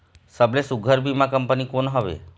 सबले सुघ्घर बीमा कंपनी कोन हवे?